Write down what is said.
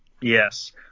Yes